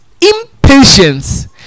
impatience